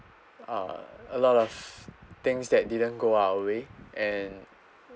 uh a lot of things that didn't go our way and